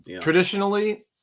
Traditionally